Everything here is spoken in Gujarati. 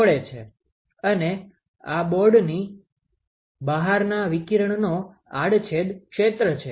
અને આ બોર્ડની બહારના વિકિરણનો આડછેદ ક્ષેત્ર છે